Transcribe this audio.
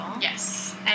Yes